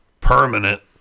permanent